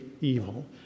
evil